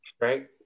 right